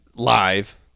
Live